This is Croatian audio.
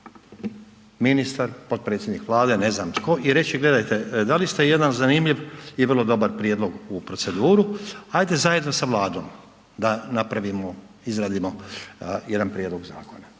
ministar, potpredsjednik Vlade, ne znam tko i reći gledajte, dali ste jedan zanimljiv i vrlo dobar prijedlog u proceduru, ajde zajedno sa Vladom da napravimo, izradimo jedan prijedlog zakona